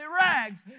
rags